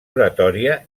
oratòria